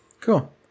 Cool